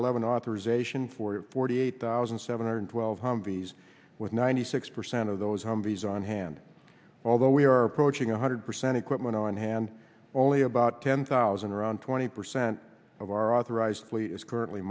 eleven authorization for forty eight thousand seven hundred twelve humvees with ninety six percent of those homebodies on hand although we are approaching one hundred percent equipment on hand only about ten thousand around twenty percent of our authorized plea is currently